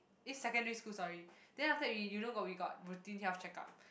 eh secondary school sorry then after that we you know got we got routine health checkup